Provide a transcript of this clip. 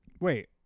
Wait